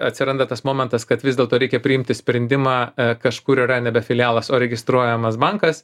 atsiranda tas momentas kad vis dėlto reikia priimti sprendimą kažkur yra nebe filialas o registruojamas bankas